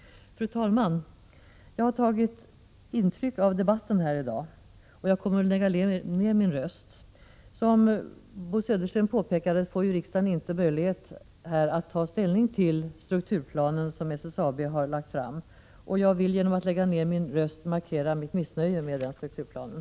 Fru talman! Jag har tagit intryck av debatten här i dag, och jag kommer att lägga ned min röst. Som Bo Södersten påpekade får riksdagen inte möjlighet att ta ställning till den strukturplan som SSAB har lagt fram. Jag vill genom att lägga ned min röst markera mitt missnöje med strukturplanen.